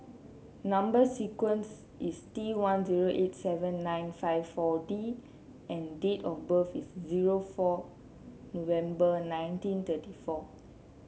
number sequence is T one zero eight seven nine five four D and date of birth is zero four November nineteen thirty four